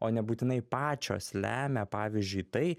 o nebūtinai pačios lemia pavyzdžiui tai